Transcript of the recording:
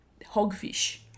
Hogfish